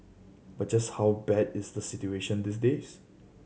but just how bad is the situation these days